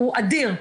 הוא אדיר,